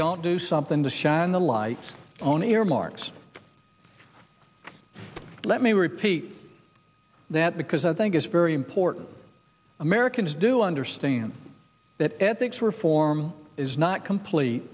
don't do something to shine the light on earmarks let me repeat that because i think it's very important americans do understand that ethics reform is not complete